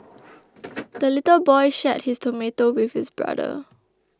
the little boy shared his tomato with his brother